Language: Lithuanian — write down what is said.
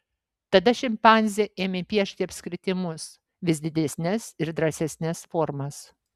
tada šimpanzė ėmė piešti apskritimus vis didesnes ir drąsesnes formas